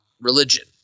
religion